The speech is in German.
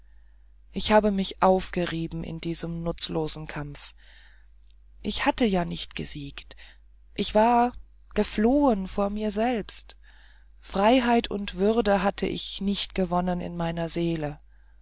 ich habe mich aufgerieben in diesem nutzlosen kampf ich hatte ja nicht gesiegt ich war geflohen vor mir selbst freiheit und würde hatte ich nicht gewonnen in meiner seele